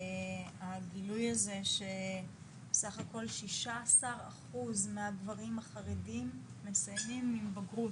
הגילוי הזה שסך הכול 16% מהגברים החרדים מסיימים עם בגרות,